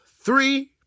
three